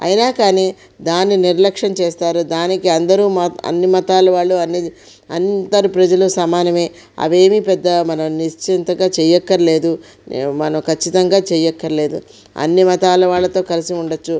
అయినా కానీ దాన్ని నిర్లక్ష్యం చేస్తారు దానికి అందరూ మత అన్ని మతాల వాళ్ళు అన్ని అందరి ప్రజలు సమానమే అదేమీ పెద్ద మనం నిశ్చింతగా చేయక్కర్లేదు మనం ఖచ్చితంగా చేయక్కర్లేదు అన్ని మతాల వాళ్ళతో కలిసి ఉండవచ్చు